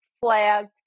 flagged